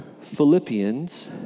Philippians